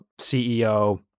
CEO